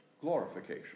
glorification